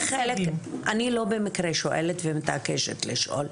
אני לא במקרה שואלת ומתעקשת לשאול.